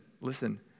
listen